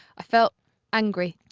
i felt angry.